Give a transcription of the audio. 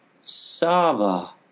Saba